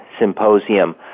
symposium